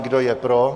Kdo je pro?